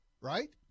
right